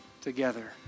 together